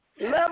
Love